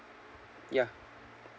ya